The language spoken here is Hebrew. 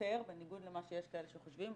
בניגוד למה שיש כאלה שחושבים,